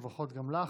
ברכות גם לך.